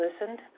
listened